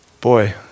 Boy